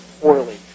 poorly